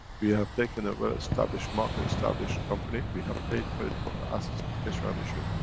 we have taken a well established market, established company. we have paid for it from the assets of the keshe foundation.